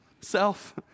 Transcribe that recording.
self